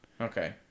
Okay